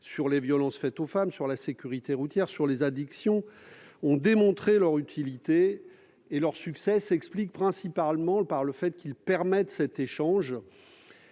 sur les violences faites aux femmes, sur la sécurité routière, sur les addictions, ont démontré leur utilité. Leur succès s'explique principalement par le fait qu'ils permettent cet échange.